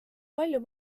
palju